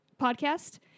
podcast